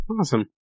Awesome